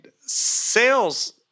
sales